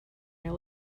your